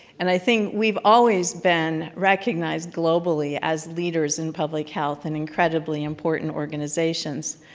and i think we've always been recognized globally as leaders in public health in incredibly important organizations,